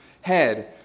Head